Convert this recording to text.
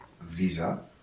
Visa